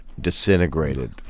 disintegrated